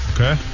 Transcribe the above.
Okay